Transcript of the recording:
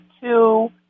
two